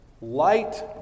light